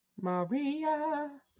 Maria